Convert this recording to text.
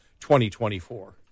2024